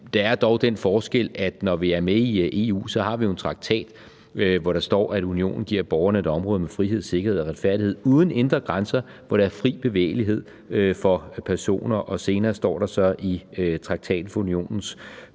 der er dog den forskel, at vi er med i EU, og at vi jo har en traktat, hvor der står, at unionen giver borgerne et område med frihed, sikkerhed og retfærdighed uden indre grænser, hvor der er fri bevægelighed for personer, og senere står der så i traktaten for unionens